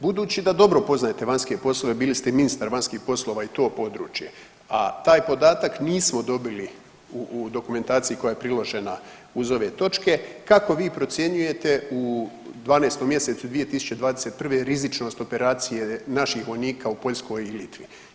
Budući da dobro poznajete vanjske poslove, bili ste i ministar vanjskih područja i to područje, a taj podatak nismo dobili u dokumentaciji koja je priložena uz ove točke, kako vi procjenjujete u 12. mjesecu 2021. rizičnost operacije naših vojnika u Poljskoj i Litvi.